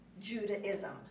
Judaism